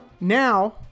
Now